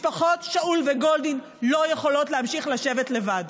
משפחות שאול וגולדין לא יכולות להמשיך לשבת לבד.